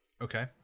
Okay